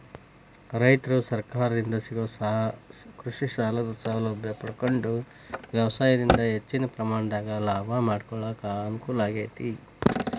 ರೈತರು ಸರಕಾರದಿಂದ ಸಿಗೋ ಕೃಷಿಸಾಲದ ಸೌಲಭ್ಯ ಪಡಕೊಂಡು ವ್ಯವಸಾಯದಿಂದ ಹೆಚ್ಚಿನ ಪ್ರಮಾಣದಾಗ ಲಾಭ ಮಾಡಕೊಳಕ ಅನುಕೂಲ ಆಗೇತಿ